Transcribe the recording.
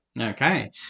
Okay